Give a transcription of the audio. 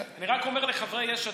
אני רק אומר לחברי יש עתיד: